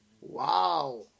Wow